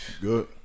Good